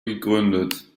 gegründet